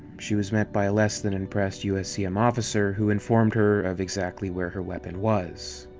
she was met by a less than impressed uscm officer, who informed her of exactly where her weapon was.